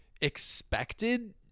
expected